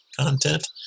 content